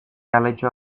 aletxoa